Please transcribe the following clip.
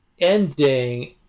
ending